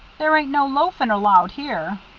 there ain't no loafing allowed here.